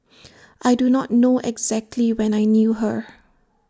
I do not know exactly when I knew her